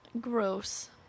gross